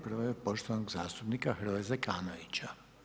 Prvo je od poštovanog zastupnika Hrvoja Zekanovića.